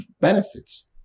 benefits